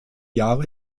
jahre